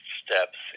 steps